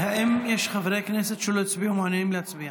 האם יש חברי כנסת שלא הצביעו ומעוניינים להצביע?